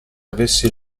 avessi